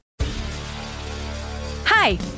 Hi